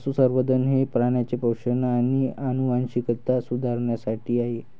पशुसंवर्धन हे प्राण्यांचे पोषण आणि आनुवंशिकता सुधारण्यासाठी आहे